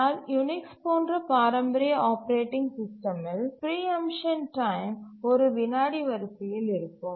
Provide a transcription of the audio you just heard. ஆனால் யுனிக்ஸ் போன்ற பாரம்பரிய ஆப்பரேட்டிங் சிஸ்டமில் பிரீஎம்ட்ஷன் டைம் ஒரு விநாடி வரிசையில் இருக்கும்